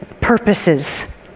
purposes